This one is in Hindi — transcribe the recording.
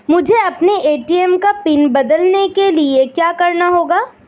मुझे अपने ए.टी.एम का पिन बदलने के लिए क्या करना होगा?